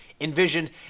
envisioned